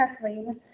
Kathleen